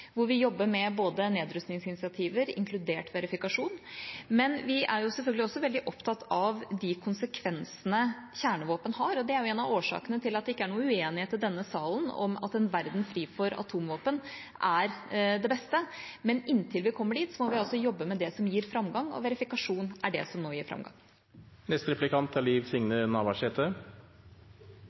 hvor vi jobber med nedrustningsinitiativer, inkludert verifikasjon. Men vi er selvfølgelig også veldig opptatt av de konsekvensene kjernevåpen har, og det er jo en av årsakene til at det ikke er noen uenighet i denne salen om at en verden fri for atomvåpen er det beste. Men inntil vi kommer dit, må vi altså jobbe med det som gir framgang, og verifikasjon er det som nå gir